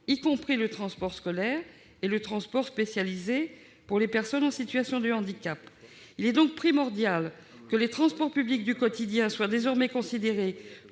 y compris le transport scolaire et le transport spécialisé pour les personnes en situation de handicap. Il est donc primordial que les transports publics du quotidien soient désormais considérés